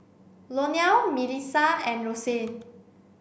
Lionel Milissa and Roxane